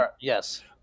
Yes